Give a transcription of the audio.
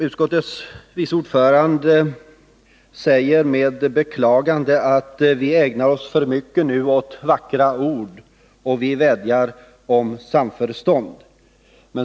Utskottets vice ordförande säger med beklagande att vi nu ägnar oss för mycket åt vackra ord och vädjanden om samförstånd.